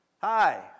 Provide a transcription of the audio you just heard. Hi